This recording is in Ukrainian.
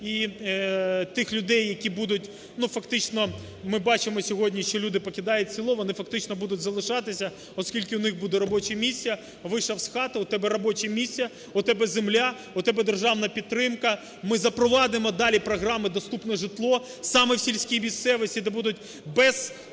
і тих людей, які будуть, ну, фактично ми бачимо сьогодні, що люди покидають село, вони фактично будуть залишатися, оскільки у них буде робоча місія. Вийшов з хати - у тебе робоча місія, у тебе земля, у тебе державна підтримка. Ми запровадимо далі програми "Доступне житло" саме в сільській місцевості, де будуть